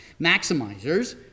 maximizers